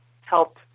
help